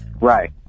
Right